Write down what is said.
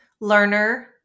learner